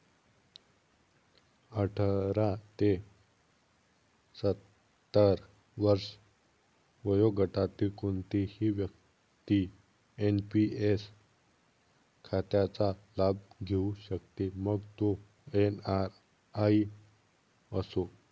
अठरा ते सत्तर वर्षे वयोगटातील कोणतीही व्यक्ती एन.पी.एस खात्याचा लाभ घेऊ शकते, मग तो एन.आर.आई असो